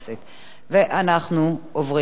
אנחנו עוברים להצבעה.